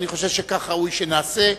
אני חושב שכך ראוי שנעשה.